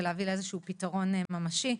ולהביא לאיזשהו פתרון ממשי.